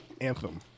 Anthem